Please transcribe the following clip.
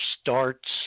starts